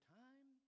time